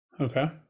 Okay